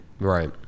Right